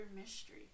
Mystery